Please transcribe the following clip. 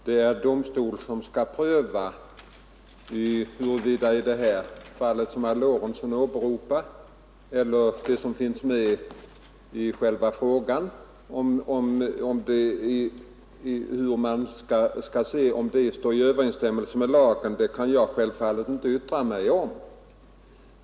Herr talman! Eftersom det är domstol som skall pröva huruvida det fall som herr Lorentzon åberopar står i överensstämmelse med lagen, kan jag självfallet inte yttra mig om detta.